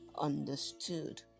understood